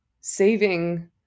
saving